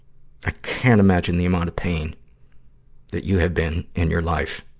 ah can't imagine the amount of pain that you have been in your life.